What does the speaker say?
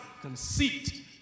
conceit